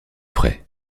frais